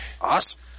Awesome